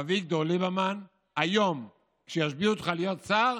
אביגדור ליברמן, היום, כשישביעו אותך להיות שר,